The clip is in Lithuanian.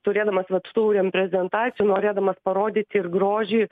turėdamas vat tų prezentacijų norėdamas parodyti ir grožį